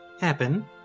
happen